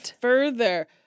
further